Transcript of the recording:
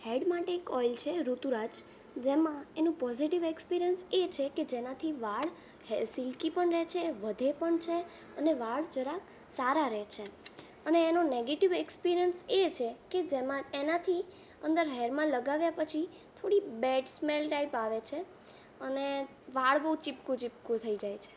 હેડ માટે એક ઓઈલ છે ઋતુરાજ જેમાં એનો પોઝિટિવ એક્સપિરિયન્સ એ છે કે જેનાથી વાળ હે સિલ્કી પણ રહે છે વધે પણ છે અને વાળ જરાક સારા રહે છે અને એનો નેગેટિવ એક્સપિરિયન્સ એ છે કે જેમાં એનાથી અંદર હેરમાં લગાવ્યા પછી થોડી બેડ સ્મેલ ટાઈપ આવે છે અને વાળ બહુ ચીપકું ચીપકું થઈ જાય છે